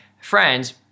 friends